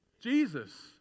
Jesus